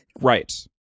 right